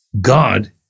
God